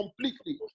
completely